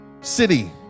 city